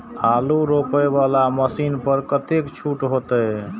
आलू रोपे वाला मशीन पर कतेक छूट होते?